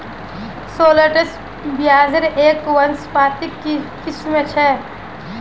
shallots प्याज़ेर एक वानस्पतिक किस्म छ